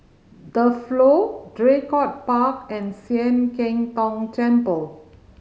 The Flow Draycott Park and Sian Keng Tong Temple